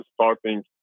starting